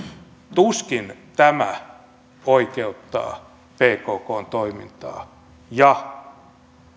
tuskin tämä oikeuttaa pkkn toimintaa ja